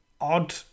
odd